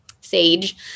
sage